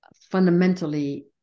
fundamentally